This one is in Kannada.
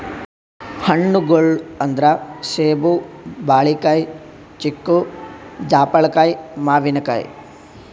ಹಣ್ಣ್ಗೊಳ್ ಅಂದ್ರ ಸೇಬ್, ಬಾಳಿಕಾಯಿ, ಚಿಕ್ಕು, ಜಾಪಳ್ಕಾಯಿ, ಮಾವಿನಕಾಯಿ